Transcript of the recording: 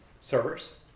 servers